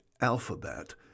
alphabet—